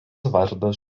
vardas